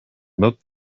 milk